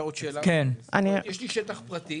אם יש לי שטח פרטי